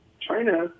China